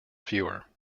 fewer